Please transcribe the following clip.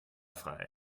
frei